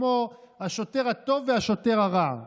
כמו השוטר הטוב והשוטר הרע,